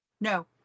No